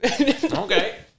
Okay